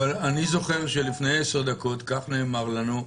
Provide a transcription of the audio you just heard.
אבל אני זוכר שלפני 10 דקות, כך נאמר לנו,